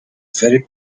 very